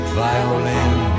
violin